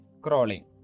crawling